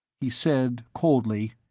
he said coldly,